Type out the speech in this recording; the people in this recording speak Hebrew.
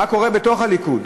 מה קורה בתוך הליכוד,